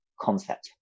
concept